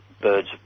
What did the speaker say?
birds